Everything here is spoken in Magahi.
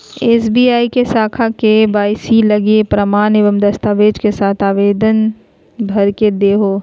एस.बी.आई के शाखा में के.वाई.सी लगी प्रमाण एवं दस्तावेज़ के साथ आवेदन भर के देहो